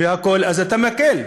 והכול, אז אתה מקל.